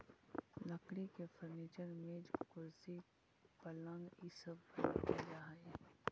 लकड़ी के फर्नीचर, मेज, कुर्सी, पलंग इ सब बनावल जा हई